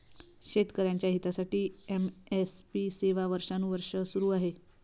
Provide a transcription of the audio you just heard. शेतकऱ्यांच्या हितासाठी एम.एस.पी सेवा वर्षानुवर्षे सुरू आहे